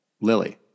Lily